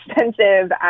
expensive